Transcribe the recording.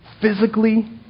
physically